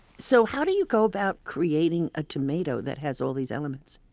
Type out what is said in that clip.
so how do you go about creating a tomato that has all these elements?